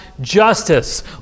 justice